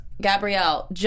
Gabrielle